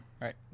right